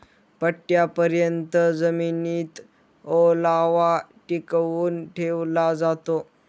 पट्टयापर्यत जमिनीत ओलावा टिकवून ठेवला जातो